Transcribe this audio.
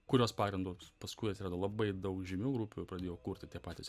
kurios pagrindus paskui atsirado labai daug žymių grupių pradėjo kurti tie patys